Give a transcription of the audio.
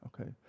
Okay